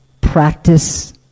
practice